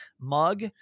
mug